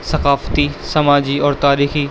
ثقافتی سماجی اور تاریخی